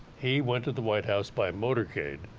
he went to the white house by motorcade.